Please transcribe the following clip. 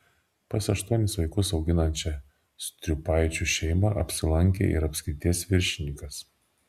pas aštuonis vaikus auginančią striupaičių šeimą apsilankė ir apskrities viršininkas